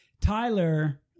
Tyler